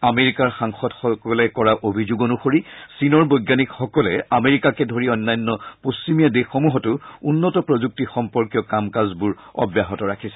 আমেৰিকাৰ সাংসদসকলে কৰা অভিযোগ অনুসৰি চীনৰ বৈজ্ঞানিক সৈনিকসকলে আমেৰিকাকে ধৰি অন্যান্য পশ্চিমীয়া দেশসমূহতো উন্নত প্ৰযুক্তি সম্পৰ্কীয় কাম কাজবোৰ অব্যাহত ৰাখিছে